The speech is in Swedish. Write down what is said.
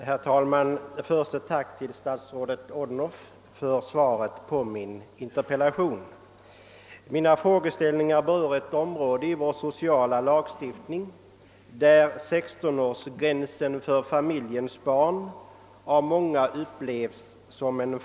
Herr talman! Först ett tack till statsrådet Odhnoff för svaret på min interpellation. Min interpellation berör ett område i vår sociala lagstiftning där 16-årsgränsen för familjens barn av många upplevs som farlig.